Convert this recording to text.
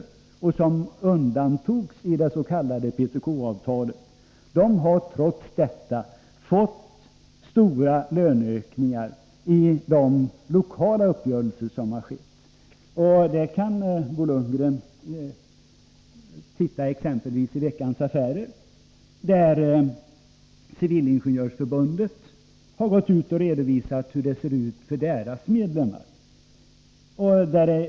och som undantogs i det s.k. PTK-avtalet — trots detta fått stora löneökningar i de lokala uppgörelser som träffats. Det kan Bo Lundgren se i Veckans Affärer, där Civilingenjörsförbundet har redovisat hur det ser ut för deras medlemmar.